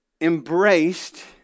embraced